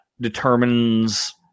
determines